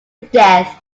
death